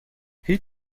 هیچ